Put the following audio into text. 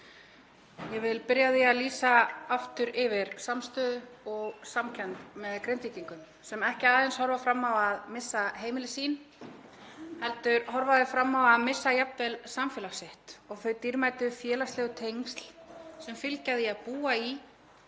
Ég vil byrja á því að lýsa aftur yfir samstöðu og samkennd með Grindvíkingum sem ekki aðeins horfa fram á að missa heimili sín heldur horfa fram á að missa jafnvel samfélag sitt og þau dýrmætu félagslegu tengsl sem fylgja því að búa í